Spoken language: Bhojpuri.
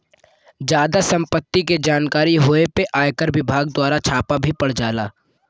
जादा सम्पत्ति के जानकारी होए पे आयकर विभाग दवारा छापा भी पड़ जाला